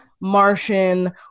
martian